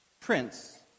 Prince